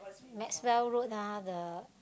Maxwell-Road ah the